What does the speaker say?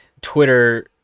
Twitter